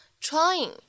Trying